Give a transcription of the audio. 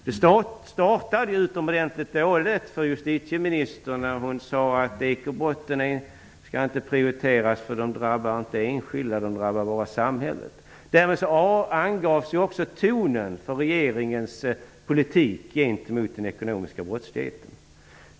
Det startade utomordentligt dåligt för justitieministern när hon sade att ekobrotten inte skall prioriteras därför att de inte drabbar de enskilda utan bara samhället. Därmed angavs också tonen för regeringens politik mot den ekonomiska brottsligheten.